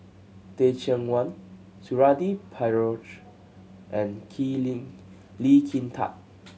Teh Cheang Wan Suradi Parjo and Kin Lee Lee Kin Tat